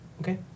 Okay